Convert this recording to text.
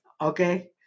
okay